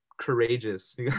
courageous